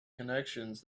connections